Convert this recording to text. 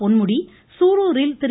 பொன்முடி சூலூரில் திரு